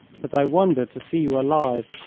but i wonder to see you alive.